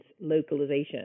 localization